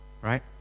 Right